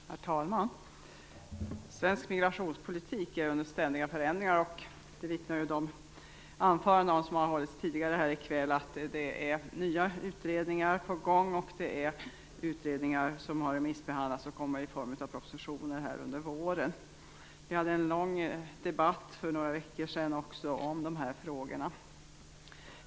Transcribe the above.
Herr talman! Svensk migrationspolitik står under ständiga förändringar. De anföranden som har hållits tidigare här i kväll vittnar om att nya utredningar är på gång och att utredningar som har remissbehandlats kommer i form av propositioner under våren. Det fördes också en lång debatt om dessa frågor för några veckor sedan.